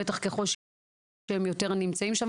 בטח ככול שהם יותר נמצאים שמה,